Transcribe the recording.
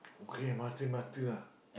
okay M_R_T M_R_T lah